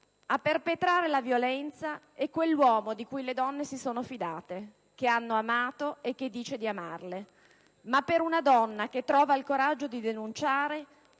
a perpetrare la violenza è quell'uomo di cui le donne si sono fidate, che hanno amato e che dice di amarle; tuttavia, per una donna che trova il coraggio di denunciare,